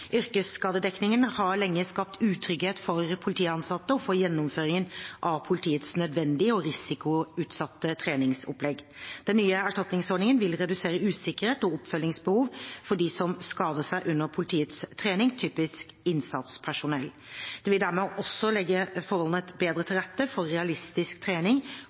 Yrkesskadedekningen har lenge skapt utrygghet for politiansatte og for gjennomføringen av politiets nødvendige og risikoutsatte treningsopplegg. Den nye erstatningsordningen vil redusere usikkerhet og oppfølgingsbehov for dem som skader seg under politiets trening, typisk innsatspersonell. Det vil dermed også legge forholdene bedre til rette for realistisk trening